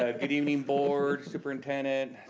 um good evening board, superintendent,